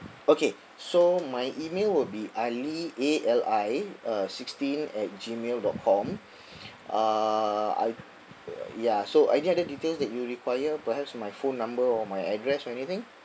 okay so my email will be ali A L I uh sixteen at gmail dot com uh I ya so any other details that you require perhaps my phone number or my address or anything